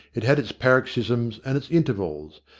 it had its paroxysms and its intervals.